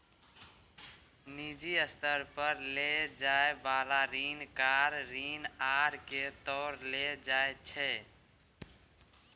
निजी स्तर पर लेल जाइ बला ऋण कार ऋण आर के तौरे लेल जाइ छै